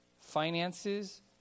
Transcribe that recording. finances